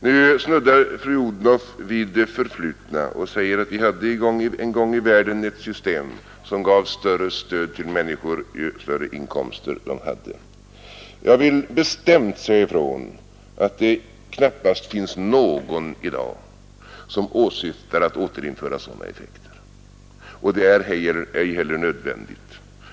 Fru Odhnoff snuddade vid det förflutna och sade att vi en gång i världen hade ett system som gav större stöd till människor ju större inkomster de hade. Jag vill bestämt säga ifrån att det knappast finns någon i dag som åsyftar att återinföra sådana effekter, och det är ej heller nödvändigt.